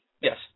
Yes